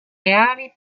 reali